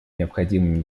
необходимыми